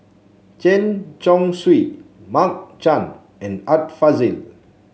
Chen Chong Swee Mark Chan and Art Fazil